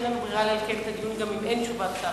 ואין לנו ברירה אלא לקיים אותו גם אם אין תשובת שר.